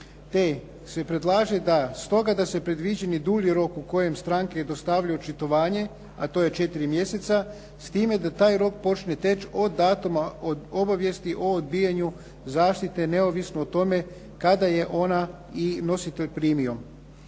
te se predlaže da stoga da se predviđeni dulji rok u kojem stranke dostavljaju očitovanje a to je četiri mjeseca s time da taj rok počne teći od datuma, od obavijesti o odbijanju zaštite neovisno o tome kada je ona i nositelj primio.